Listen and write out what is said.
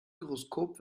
gyroskop